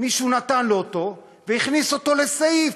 מישהו נתן לו אותו והכניס אותו לסעיף.